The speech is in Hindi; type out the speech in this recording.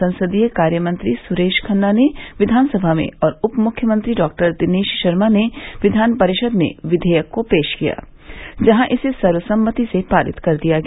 संसदीय कार्य मंत्री सुरेश खन्ना ने विधान सभा में और उप मुख्यमंत्री डॉ दिनेश शर्मा ने कियान परिषद में विधेयक को पेश किया जहां इसे सर्वसम्मति से पारित कर दिया गया